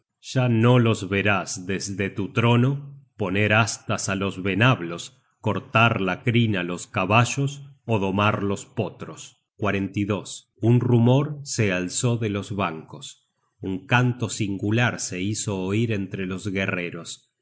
ya no los verás desde tu trono poner astas á los venablos cortar la crin á los caballos ó domar los potros un rumor se alzó de los bancos un canto singular se hizo oir entre los guerreros